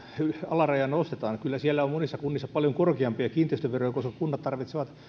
alarajaa nostetaan kyllä siellä on monissa kunnissa paljon korkeampia kiinteistöveroja koska kunnat tarvitsevat